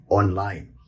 online